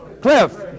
Cliff